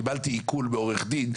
קיבלתי עיקול מעורך דין.